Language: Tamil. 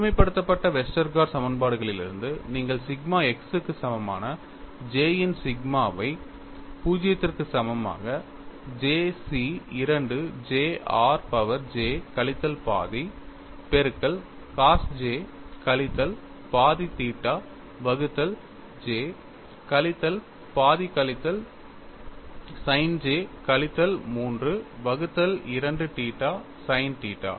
பொதுமைப்படுத்தப்பட்ட வெஸ்டர்கார்ட் சமன்பாடுகளிலிருந்து நீங்கள் சிக்மா x க்கு சமமான j இன் சிக்மாவை 0 க்கு சமமாக J C 2 j r power j கழித்தல் பாதி பெருக்கல் cos j கழித்தல் பாதி தீட்டா வகுத்தல் j கழித்தல் பாதி கழித்தல் sin j கழித்தல் 3 வகுத்தல் 2 தீட்டா sin தீட்டா